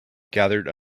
gathered